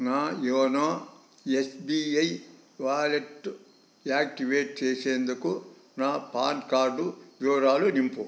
నా YONO SBI wallet activate చేసేందుకు నా పాన్ కార్డు వివరాలు నింపు